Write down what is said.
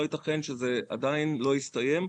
לא ייתכן שזה עדיין לא הסתיים.